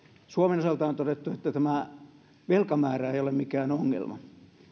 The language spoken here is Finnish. suomen osalta on todettu että tämä velkamäärä ei ole mikään ongelma